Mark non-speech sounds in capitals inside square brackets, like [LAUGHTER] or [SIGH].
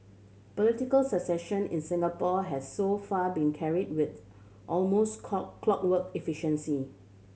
political succession in Singapore has so far been carried with almost [UNINTELLIGIBLE] clockwork efficiency